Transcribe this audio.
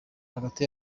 hagati